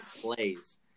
plays